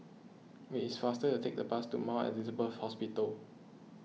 it is faster to take the bus to Mount Elizabeth Hospital